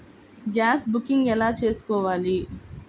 Gas booking ఎలా చేసుకోవాలి?